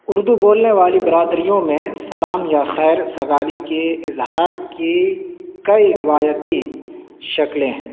اردو بولنے والی برادریوں میں سلام یا خیر سگالی کے اظہار کی کئی روایتی شکلیں ہیں